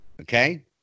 Okay